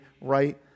right